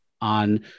on